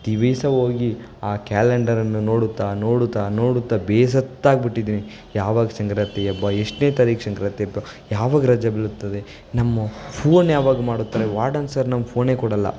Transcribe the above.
ದಿವಸ ಹೋಗಿ ಆ ಕ್ಯಾಲೆಂಡರನ್ನು ನೋಡುತ್ತ ನೋಡುತ್ತ ನೋಡುತ್ತ ಬೇಸತ್ತಾಗ್ಬಿಟ್ಟಿದ್ದೀನಿ ಯಾವಾಗ ಸಂಕ್ರಾಂತಿ ಹಬ್ಬ ಎಷ್ಟನೇ ತಾರೀಕು ಸಂಕ್ರಾಂತಿ ಹಬ್ಬ ಯಾವಾಗ ರಜಾ ಬೀಳುತ್ತದೆ ನಮ್ಮ ಫೋನ್ ಯಾವಾಗ ಮಾಡುತ್ತಾರೆ ವಾರ್ಡನ್ ಸರ್ ನಮ್ಗೆ ಫೋನೇ ಕೊಡೋಲ್ಲ